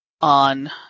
on